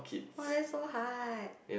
oh that's so hard